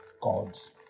god's